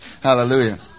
Hallelujah